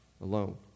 alone